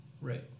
Right